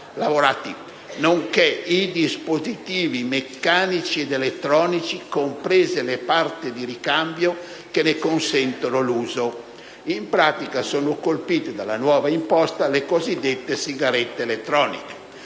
lavorati nonché i dispositivi meccanici ed elettronici, comprese le parti di ricambio, che ne consentono il consumo». In pratica, sono colpiti dalla nuova imposta le cosiddette sigarette elettroniche.